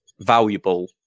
valuable